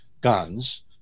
guns